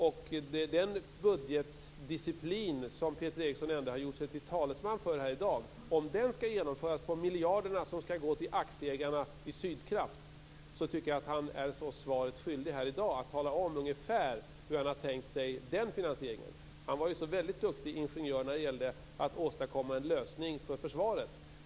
Om den budgetdisciplin som Peter Eriksson här i dag har gjort sig till talesman för skall genomföras - detta med tanke på de miljarder som skall gå till Sydkraft - tycker jag att han är oss svaret skyldig här i dag. Han bör alltså tala om ungefär hur han har tänkt sig den finansieringen. Peter Eriksson var ju så duktig ingenjör när det gällde att åstadkomma en lösning för försvaret.